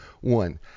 One